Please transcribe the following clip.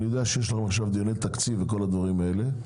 אני יודע שיש לכם עכשיו דיוני תקציב וכל הדברים האלה,